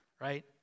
Right